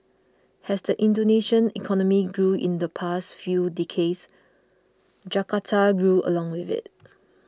as the Indonesian economy grew in the past few decades Jakarta grew along with it